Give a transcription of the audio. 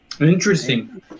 Interesting